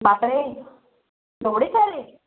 बापरे एवढे सारे